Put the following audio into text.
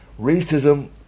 racism